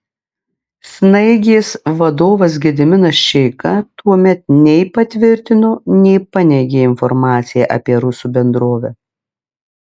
snaigės vadovas gediminas čeika tuomet nei patvirtino nei paneigė informaciją apie rusų bendrovę